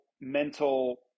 mental